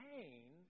pain